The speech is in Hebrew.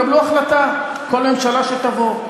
יקבלו החלטה, כל ממשלה שתבוא.